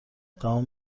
تمام